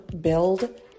build